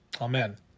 Amen